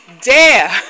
dare